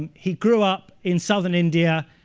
he grew up in southern india,